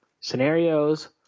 scenarios